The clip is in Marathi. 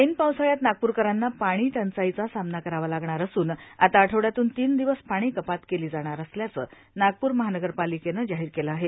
ऐन पावसाळळ्यात नागपूरकरांना पाणी टंचाईचा सामना करावा लागणार असूनल आता आठवड्यातून तीन दिवस पाणी कपात केला जाणार असल्याचं नागपूर महानगर पालिकेनं जाहीर केलं आहे